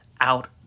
out